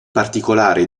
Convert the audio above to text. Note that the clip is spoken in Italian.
particolare